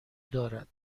دارد